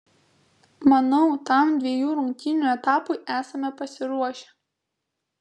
manau tam dviejų rungtynių etapui esame pasiruošę